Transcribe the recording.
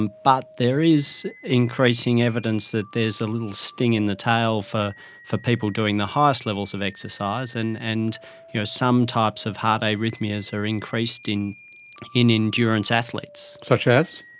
um but there is increasing evidence that there is a little sting in the tail for for people doing the highest levels of exercise, and and you know some types of heart arrhythmias are increased in in endurance athletes. such as?